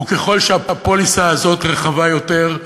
וככל שהפוליסה הזאת רחבה יותר,